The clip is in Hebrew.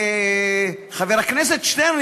חבר הכנסת שטרן,